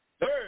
Third